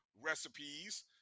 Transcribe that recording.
recipes